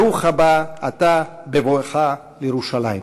ברוך אתה בבואך לירושלים.